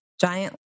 giant